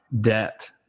debt